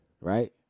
right